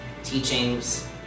teachings